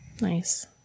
Nice